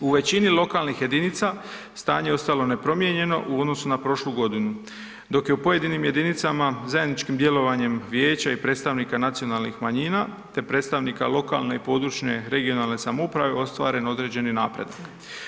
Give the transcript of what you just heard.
U većini lokalnih jedinica, stanje je ostalo nepromijenjeno u odnosu na prošlu godinu, dok je u pojedinim jedinicama zajedničkim djelovanjem Vijeća i predstavnika nacionalnih manjina te predstavnika lokalne i područne (regionalne) samouprave ostvaren određeni napredak.